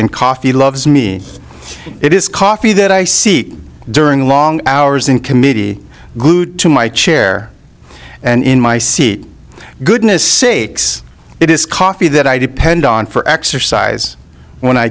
and coffee loves me it is coffee that i seek during long hours in committee to my chair and in my seat goodness sakes it is coffee that i depend on for exercise when i